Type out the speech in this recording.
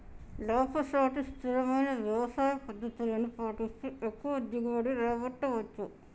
లాభసాటి స్థిరమైన వ్యవసాయ పద్దతులను పాటిస్తే ఎక్కువ దిగుబడి రాబట్టవచ్చు